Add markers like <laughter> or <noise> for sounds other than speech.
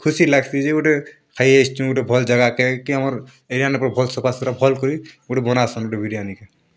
ଖୁସି ଲାଗସି ଯେ ଗୋଟେ ଖାଇଆସୁଛି ଗୋଟେ ଭଲ୍ ଜାଗାକେ କି ଆମର୍ <unintelligible> ପୁରା ଭଲ୍ ସଫା ସୁତୁରା ଭଲ୍ କରି ଗୋଟେ ବନାସନ୍ ଗୋଟେ ବିରିୟାନୀକେ